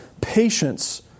patience